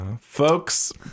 folks